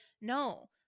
no